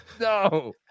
No